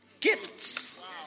gifts